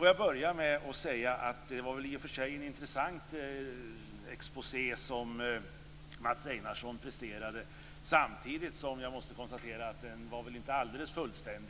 mig börja med att säga att det i och för sig var en intressant exposé som Mats Einarsson presterade. Samtidigt måste jag konstatera att den inte var alldeles fullständig.